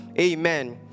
amen